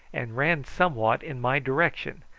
and ran somewhat in my direction,